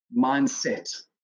mindset